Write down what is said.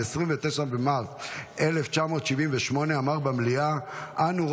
ב-29 במרץ 1978 אמר במליאה: "אנו,